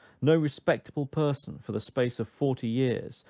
no respectable person, for the space of forty years,